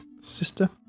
sister